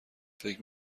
فکر